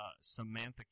Samantha